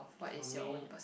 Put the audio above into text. for me